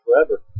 forever